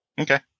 Okay